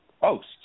host